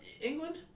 England